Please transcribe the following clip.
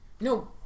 No